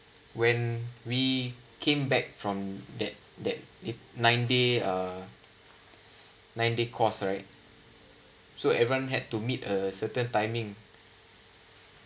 when we came back from that that it nine day uh nine day course right so everyone had to meet a certain timing